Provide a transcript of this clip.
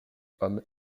hommes